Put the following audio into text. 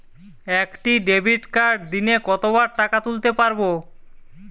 একটি ডেবিটকার্ড দিনে কতবার টাকা তুলতে পারব?